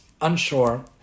unsure